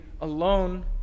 alone